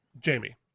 Jamie